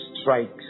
strikes